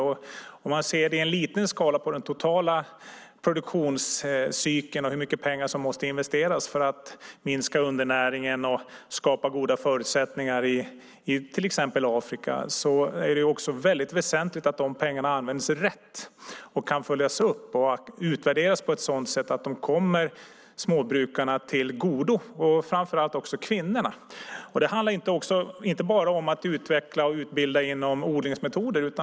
Man kan se det i en liten skala i förhållande till den totala produktionscykeln och hur mycket pengar som måste investeras för att minska undernäringen och skapa goda förutsättningar i till exempel Afrika. Då är det väldigt väsentligt att pengarna används rätt och att det kan följas upp och utvärderas på ett sådant sätt att de kommer småbrukarna och framför allt kvinnorna till godo. Det handlar inte bara om att utveckla och utbilda inom odlingsmetoder.